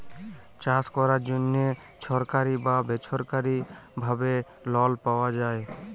চাষ ক্যরার জ্যনহে ছরকারি বা বেছরকারি ভাবে লল পাউয়া যায়